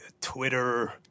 Twitter –